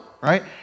right